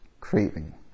craving